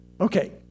Okay